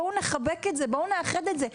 בואו נחבק את זה, בואו נאחד את זה.